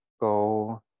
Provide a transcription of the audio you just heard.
go